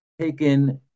taken